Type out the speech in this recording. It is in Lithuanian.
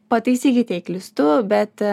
pataisykit jei klystu bet